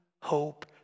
hope